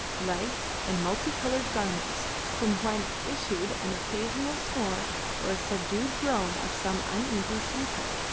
legs, and multi-coloured garments, from whence issued an occasional snore or a subdued groan of some uneasy sleeper.